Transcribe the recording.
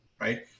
right